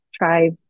try